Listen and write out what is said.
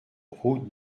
route